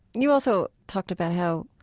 you also talked about how,